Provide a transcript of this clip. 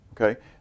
Okay